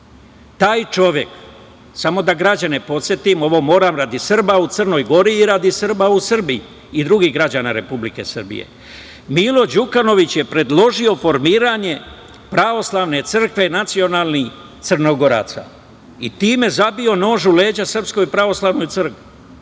Taj čovek, samo da građane podsetim, ovo moram radi Srba u Crnoj Gori i radi Srba u Srbiji i drugih građana Republike Srbije, Milo Đukanović je predložio formiranje pravoslavne crkve nacionalnih Crnogoraca i time zabio nož u leđa SPC. Ja pitam, da li je